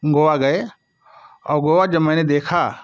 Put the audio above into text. गोवा गए और गोवा जो मैंने देखा